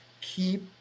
Keep